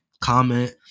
comment